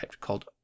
called